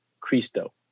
Cristo